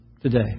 today